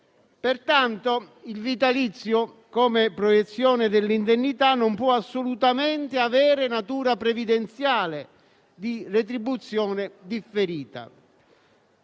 Pertanto, il vitalizio, come proiezione dell'indennità, non può assolutamente avere natura previdenziale di retribuzione differita.